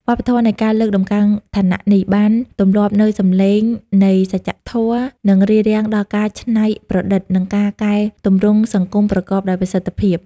វប្បធម៌នៃការលើកតម្កើងឋានៈនេះ បានសម្លាប់នូវសំឡេងនៃសច្ចធម៌ និងរារាំងដល់ការច្នៃប្រឌិត និងការកែទម្រង់សង្គមប្រកបដោយប្រសិទ្ធភាព។